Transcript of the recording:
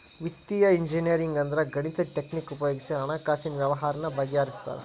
ವಿತ್ತೇಯ ಇಂಜಿನಿಯರಿಂಗ್ ಅಂದ್ರ ಗಣಿತದ್ ಟಕ್ನಿಕ್ ಉಪಯೊಗಿಸಿ ಹಣ್ಕಾಸಿನ್ ವ್ಯವ್ಹಾರಾನ ಬಗಿಹರ್ಸ್ತಾರ